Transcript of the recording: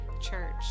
church